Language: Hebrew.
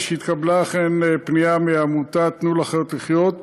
שאכן התקבלה פנייה מעמותת "תנו לחיות לחיות",